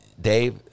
Dave